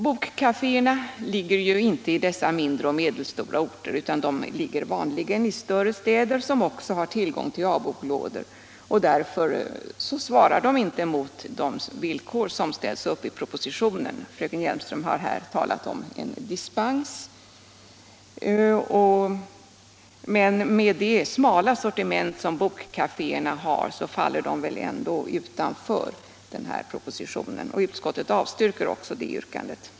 Bokkaféerna ligger inte i mindre och medelstora orter utan vanligen i större städer, som också har tillgång till A-boklådor. Därför svarar bokkaféerna inte mot de villkor som ställs upp i propositionen. Fröken Hjelmström har här talat för en dispens. Med det smala sortiment som bokkaféerna har faller de ändå utanför denna proposition. Utskottet avstyrker alltså yrkande 4.